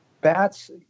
bats